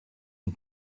une